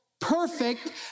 perfect